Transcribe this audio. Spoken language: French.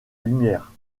lumière